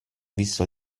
visto